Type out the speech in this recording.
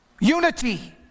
Unity